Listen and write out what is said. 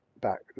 back